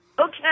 Okay